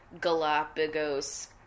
Galapagos